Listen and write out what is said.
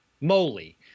moly